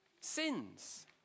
sins